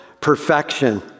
perfection